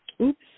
Oops